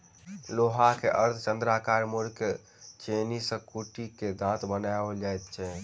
लोहा के अर्धचन्द्राकार मोड़ि क छेनी सॅ कुटि क दाँत बनाओल जाइत छै